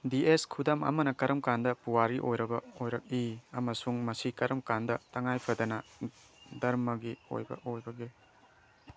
ꯗꯤ ꯑꯦꯁ ꯈꯨꯗꯝ ꯑꯃꯅ ꯀꯔꯝ ꯀꯥꯟꯗ ꯄꯨꯋꯥꯔꯤ ꯑꯣꯏꯔꯕ ꯑꯣꯏꯔꯛꯏ ꯑꯃꯁꯨꯡ ꯃꯁꯤ ꯀꯔꯝ ꯀꯥꯟꯗ ꯇꯉꯥꯏ ꯐꯗꯅ ꯙꯔꯃꯒꯤ ꯑꯣꯏꯕ ꯑꯣꯏꯕꯒꯦ